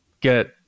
get